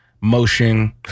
motion